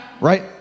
Right